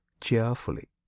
cheerfully